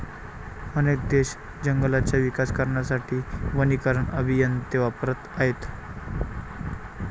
अनेक देश जंगलांचा विकास करण्यासाठी वनीकरण अभियंते वापरत आहेत